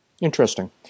Interesting